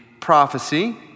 prophecy